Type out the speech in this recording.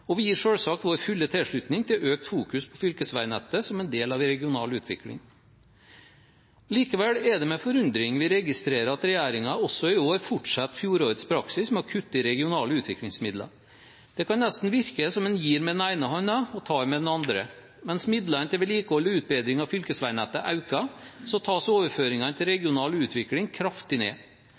og vi gir selvsagt vår fulle tilslutning til økt fokus på fylkesvegnettet som en del av regional utvikling. Likevel er det med forundring vi registrerer at regjeringen også i år fortsetter fjorårets praksis med å kutte i regionale utviklingsmidler. Det kan nesten virke som at man gir med den ene hånden og tar med den andre. Mens midlene til vedlikehold og utbedring av fylkesvegnettet øker, tas overføringene til regional utvikling kraftig ned.